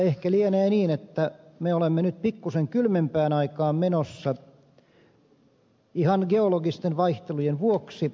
ehkä lienee niin että me olemme nyt pikkuisen kylmempään aikaan menossa ihan geologisten vaihtelujen vuoksi